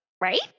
right